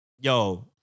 Yo